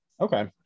Okay